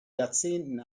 jahrzehnten